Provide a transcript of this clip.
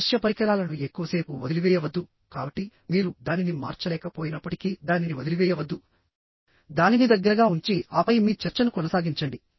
దృశ్య పరికరాలను ఎక్కువసేపు వదిలివేయవద్దుకాబట్టి మీరు దానిని మార్చలేకపోయినప్పటికీ దానిని వదిలివేయవద్దుదానిని దగ్గరగా ఉంచి ఆపై మీ చర్చను కొనసాగించండి